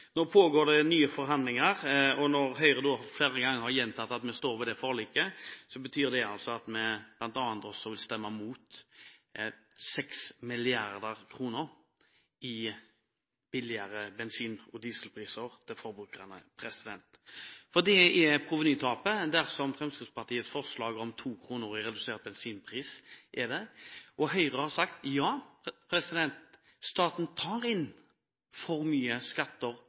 Nå pågår nye forhandlinger, og når Høyre flere ganger har gjentatt at vi står ved det forliket, betyr det bl.a. at vi vil stemme mot 6 mrd. kr i billigere bensin og diesel til forbrukerne. Det er provenytapet ved Fremskrittspartiets forslag om to kroner i redusert bensinpris. Høyre har sagt: Ja, staten tar inn for mye i skatter